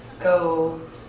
Go